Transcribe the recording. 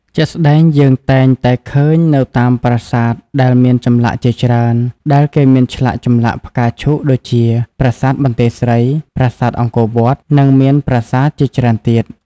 ជាក់ស្តែងយើងតែងតែឃើញនៅតាមប្រាសាទដែលមានចម្លាក់ជាច្រើនដែលគេមានឆ្លាក់ចម្លាក់ផ្កាឈូកដូចជា ប្រាសាទបន្ទាយស្រី ប្រាសាទអង្គរវត្ត និងមានប្រាសាទជាច្រើនទៀត។